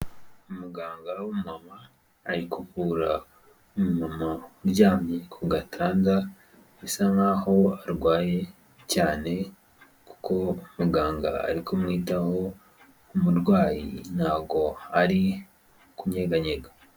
Umuganga w'umama, arikuvura umumama uryamye ku gatanda bisa nkaho arwaye cyane kuko muganga ari kumwitaho, umurwayi ntago ari kunyeganyega.